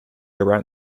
around